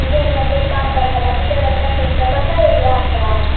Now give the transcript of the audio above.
Indian बँकेत काम करना बाकीच्या बँकांपेक्षा कसा येगळा आसा?